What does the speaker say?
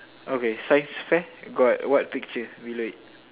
okay science fair got what picture below it